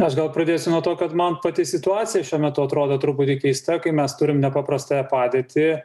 aš gal pradėsiu nuo to kad man pati situacija šiuo metu atrodo truputį keista kai mes turim nepaprastąją padėtį